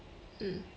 mm